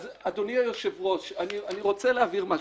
אז, אדוני היושב-ראש, אני רוצה להבהיר משהו.